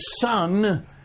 son